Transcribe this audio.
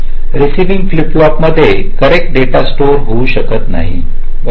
receiving flip flop मध्ये correct data store होऊ शकत नाही बरोबर